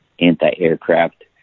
anti-aircraft